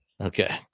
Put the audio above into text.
Okay